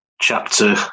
chapter